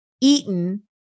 eaten